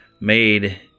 made